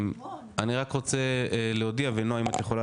אני רק רוצה להודיע ונועה אם את יכולה